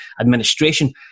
administration